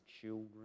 children